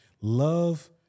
love